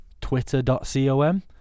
twitter.com